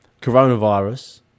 Coronavirus